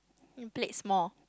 plate small